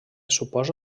suposa